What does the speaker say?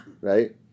right